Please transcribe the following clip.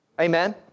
Amen